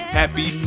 happy